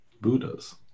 Buddhas